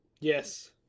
Yes